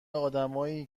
آدمایی